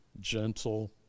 gentle